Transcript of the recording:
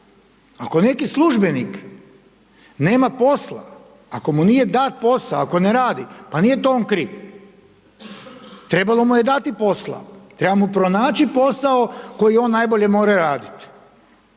ako neki službenik nema posla, ako mu nije dat posao, ako ne radi, pa nije to on kriv. Trebalo mu je dati posla. Treba mu pronaći posao koji on najbolje može raditi,